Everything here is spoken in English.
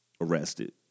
arrested